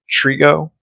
Trigo